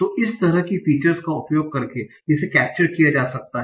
तो इस तरह की फीचर्स का उपयोग करके इसे कैप्चर किया जा सकता है